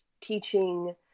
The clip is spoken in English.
teaching